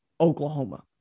Oklahoma